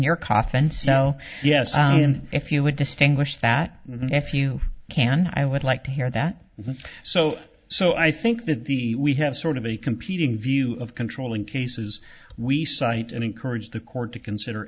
your coffin so yes if you would distinguish that and if you can i would like to hear that so so i think that the we have sort of a competing view of controlling cases we cite and encourage the court to consider